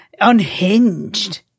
unhinged